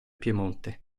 piemonte